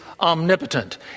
omnipotent